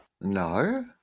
No